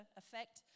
effect